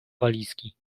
walizki